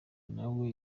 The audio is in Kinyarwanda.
nawe